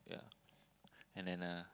yeah and then uh